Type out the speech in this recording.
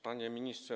Panie Ministrze!